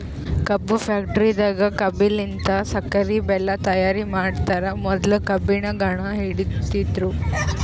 ಕಬ್ಬ್ ಫ್ಯಾಕ್ಟರಿದಾಗ್ ಕಬ್ಬಲಿನ್ತ್ ಸಕ್ಕರಿ ಬೆಲ್ಲಾ ತೈಯಾರ್ ಮಾಡ್ತರ್ ಮೊದ್ಲ ಕಬ್ಬಿನ್ ಘಾಣ ಹೊಡಿತಿದ್ರು